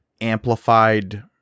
amplified